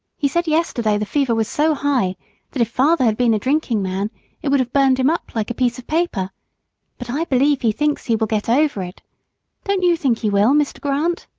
he said yesterday the fever was so high that if father had been a drinking man it would have burned him up like a piece of paper but i believe he thinks he will get over it don't you think he will, mr. grant?